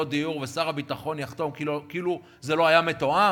דיור ושר הביטחון יחתום כאילו זה לא היה מתואם?